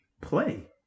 play